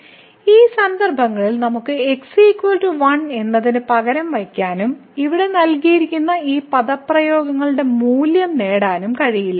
ഈ സന്ദർഭങ്ങളിൽ നമുക്ക് x 1 എന്നതിന് പകരം വയ്ക്കാനും ഇവിടെ നൽകിയിരിക്കുന്ന ഈ പദപ്രയോഗങ്ങളുടെ മൂല്യം നേടാനും കഴിയില്ല